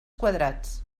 quadrats